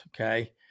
Okay